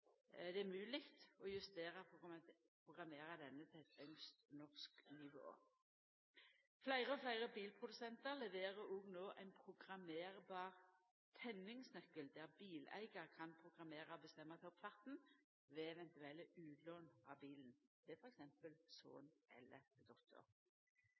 Det er mogleg å justera/programmera denne til eit ynskt norsk nivå. Fleire og fleire bilprodusentar leverer no ein programmerbar tenningsnøkkel der bileigar kan programmera og bestemma toppfarten ved eventuelle utlån av bilen til t.d. son eller dotter.